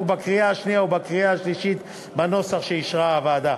בקריאה שנייה ובקריאה שלישית בנוסח שאישרה הוועדה.